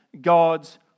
God's